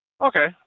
Okay